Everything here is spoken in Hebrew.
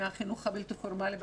מהחינוך הבלתי פורמלי,